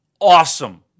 awesome